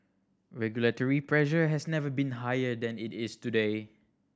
regulatory pressure has never been higher than it is today